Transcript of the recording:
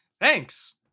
Thanks